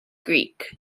greek